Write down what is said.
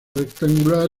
rectangular